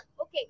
Okay